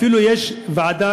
אפילו יש תת-ועדה,